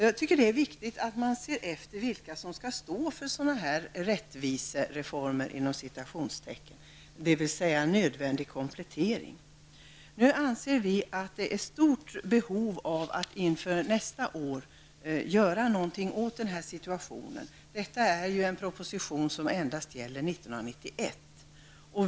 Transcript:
Jag tycker att det är viktigt att se efter vilka som skall stå för sådana här Vi anser att behovet är stort att inför nästa år göra någonting åt den här situationen. Det vi nu behandlar är en proposition som endast gäller 1991.